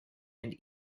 and